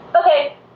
Okay